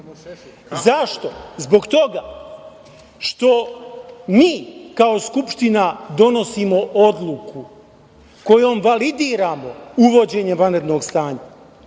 Zbog toga što mi kao Skupština donosimo odluku kojom validiramo uvođenje vanrednog stanja.